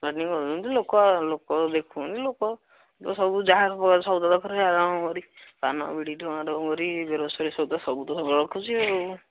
ଲୋକ ଦେଖୁଛନ୍ତି ଲୋକ ଲୋକ ସବୁ ଯାହା ଆରମ୍ଭ କରି ସଉଦା ଦରକାରେ ଆରମ୍ଭ କରି ପାନ ବିଡ଼ିଠୁ ଆରମ୍ଭ କରି ଗ୍ରସରୀ ସଉଦା ସହିତ ସବୁ ତ ରଖୁଛି ଆଉ